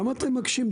למה אתם מקשים?